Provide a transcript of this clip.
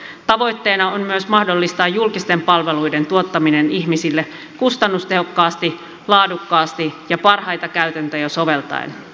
tavoitteena on myös mahdollistaa julkisten palveluiden tuottaminen ihmisille kustannustehokkaasti laadukkaasti ja parhaita käytäntöjä soveltaen